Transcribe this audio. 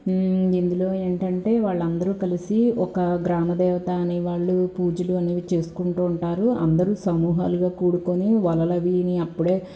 ఇందులో ఏంటంటే వాళ్ళందరూ కలిసి ఒకొక్క గ్రామ దేవత అనేవాళ్ళు పూజలు అవి చేసుకుంటూ ఉంటారు అందరూ సమూహాలుగా కూడుకొని అప్పుడే